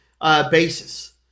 basis